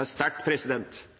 er sterkt,